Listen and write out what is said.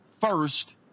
first